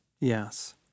Yes